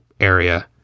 area